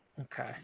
Okay